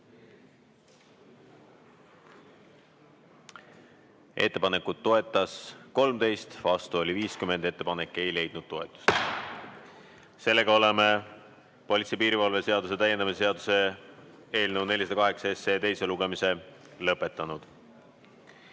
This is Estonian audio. Ettepanekut toetas 13, vastu oli 50. Ettepanek ei leidnud toetust. Oleme politsei ja piirivalve seaduse täiendamise seaduse eelnõu 408 teise lugemise lõpetanud.